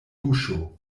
buŝo